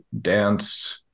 danced